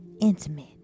Intimate